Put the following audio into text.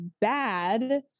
bad